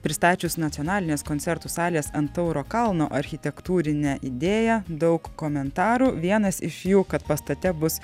pristačius nacionalinės koncertų salės ant tauro kalno architektūrinę idėją daug komentarų vienas iš jų kad pastate bus